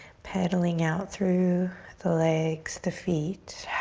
pedaling out through the legs, the feet.